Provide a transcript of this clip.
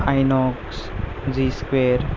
Inox Zee square